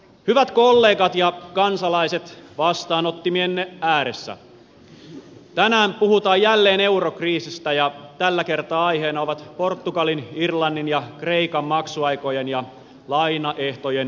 hyvät kollegat ja kansalaiset vastaanottimienne ääressä tänään puhutaan jälleen eurokriisistä ja tällä kertaa aiheena ovat portugalin irlannin ja kreikan maksuaikojen ja lainaehtojen helpotukset